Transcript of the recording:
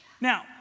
Now